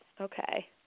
Okay